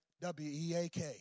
W-E-A-K